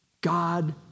God